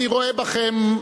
אני רואה בכם,